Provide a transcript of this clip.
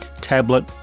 tablet